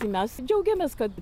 tai mes džiaugiamės kad